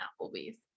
applebee's